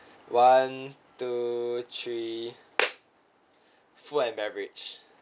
one two three food and beverage